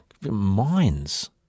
minds